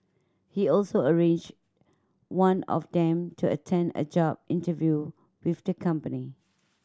he also arranged one of them to attend a job interview with the company